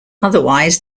otherwise